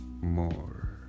more